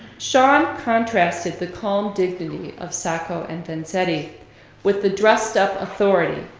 shahn contrasted the calm dignity of sacco and vanzetti with the dressed up authority,